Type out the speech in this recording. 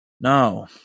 no